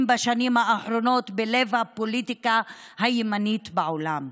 בשנים האחרונות בלב הפוליטיקה הימנית בעולם,